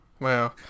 Wow